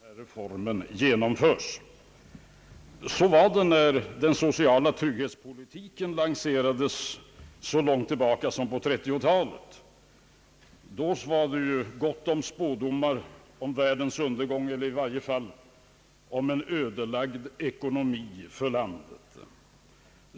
Herr talman! När jag har suttit och lyssnat till diskussionen här i dag har jag gång på gång sagt mig att något av samma anda bakom orden kunde vi väl erinra oss om vi går tillbaka i tiden. I det historiska perspektivet har det alltid varit på det sättet att när socialdemokratin presenterat en reform har olyckskorpar stått upp och talat om hur galet det kommer att gå om denna reform genomföres. Så var det när den sociala trygghetspolitiken lanserades så långt tilibaka som på 1930-talet. Då var dei gott om spådomar om världens undergång — eller i varje fall om en ödelagd ekonomi för landet.